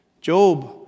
Job